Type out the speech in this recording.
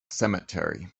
cemetery